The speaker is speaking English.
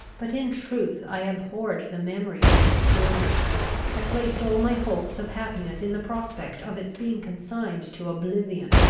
but in truth i abhorred the memory of this story i placed all my hopes of happiness in the prospect of its being consigned to oblivion.